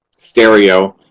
stereo,